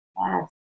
Yes